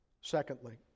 Secondly